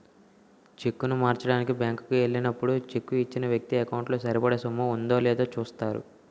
చెక్కును మార్చడానికి బ్యాంకు కి ఎల్లినప్పుడు చెక్కు ఇచ్చిన వ్యక్తి ఎకౌంటు లో సరిపడా సొమ్ము ఉందో లేదో చూస్తారు